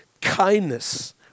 kindness